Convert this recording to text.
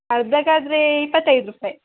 ಅರ್ಧಕ್ ಆದರೆ ಇಪ್ಪತ್ತೈದು ರುಪಾಯ್